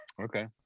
okay